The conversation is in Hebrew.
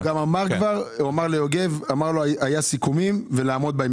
הוא אמר שהיו סיכומים ונעמוד בהם.